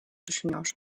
düşünüyor